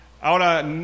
Ahora